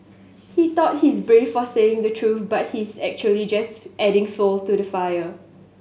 he thought he's brave for saying the truth but he's actually just adding fuel to the fire